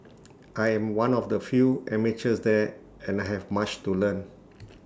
I am one of the few amateurs there and I have much to learn